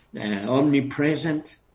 omnipresent